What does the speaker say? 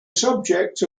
subject